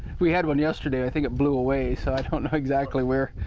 we had one yesterday, i think it blew away so, i don't know exactly where.